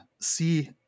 See